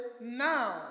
now